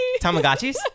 Tamagotchis